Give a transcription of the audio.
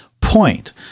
point